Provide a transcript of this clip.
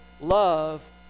love